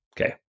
Okay